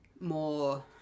more